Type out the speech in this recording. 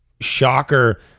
shocker